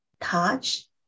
touch